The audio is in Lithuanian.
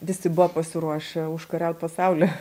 visi buvo pasiruošę užkariaut pasaulį